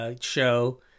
show